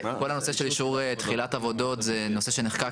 כל הנושא של אישור תחילת עבודות זה נושא שנחקק,